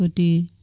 the